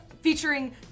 Featuring